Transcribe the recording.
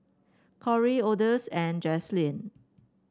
Corie Odis and Jaslene